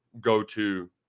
go-to –